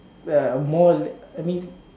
err more like I mean